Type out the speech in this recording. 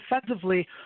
defensively